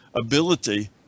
ability